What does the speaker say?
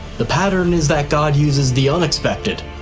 the pattern is that god uses the unexpected,